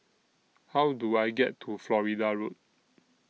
How Do I get to Florida Road